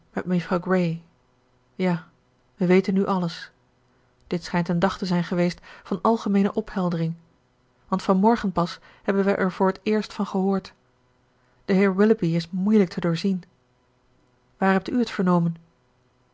mejuffrouw grey ja wij weten nu alles dit schijnt een dag te zijn geweest van algemeene opheldering want van morgen pas hebben wij er voor het eerst van gehoord de heer willoughby is moeilijk te doorzien waar hebt u het vernomen